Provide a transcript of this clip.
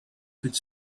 could